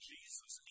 Jesus